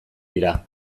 dira